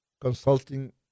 consulting